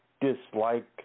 dislike